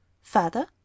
father